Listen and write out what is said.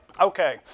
Okay